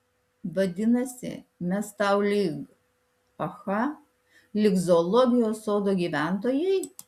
vadinasi mes tau lyg aha lyg zoologijos sodo gyventojai